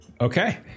Okay